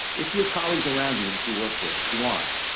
if you have colleagues around you that you work with who aren't,